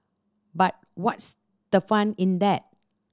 but what's the fun in that